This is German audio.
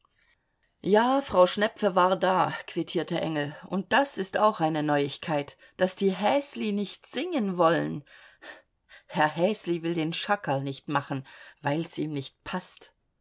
ja frau schnepfe war da quittierte engel und das ist auch eine neuigkeit daß die häsli nicht singen wollen herr häsli will den schackerl nicht machen weil's ihm nicht paßt